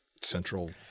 central